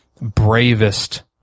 bravest